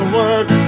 work